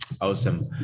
Awesome